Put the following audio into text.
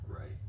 right